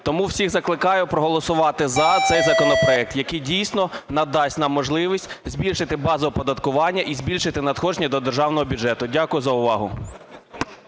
Тому всіх закликаю проголосувати за цей законопроект, який дійсно надасть нам можливість збільшити базу оподаткування і збільшити надходження до державного бюджету. Дякую за увагу.